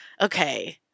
Okay